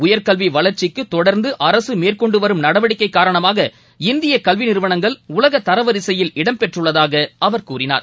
உயர்கல்விவளர்ச்சிக்குதொடர்ந்துஅரசுமேற்கொண்டுவரும் நடவடிக்கைகாரணமாக இந்தியகல்விநிறுவனங்கள் உலகதரவரிசையில் இடம்பெற்றுள்ளதாகஅவர் கூறினார்